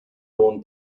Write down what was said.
lawn